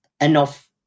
enough